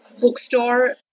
bookstore